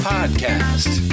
Podcast